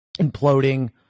imploding